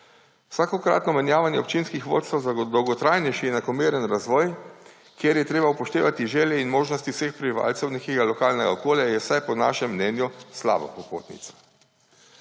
Vsakokratno menjavanje občinskih vodstev za dolgotrajnejši in enakomeren razvoj, kjer je treba upoštevati želje in možnosti vseh prebivalcev nekega lokalnega okolja, je – vsaj po našem mnenju – slaba popotnica.